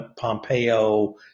Pompeo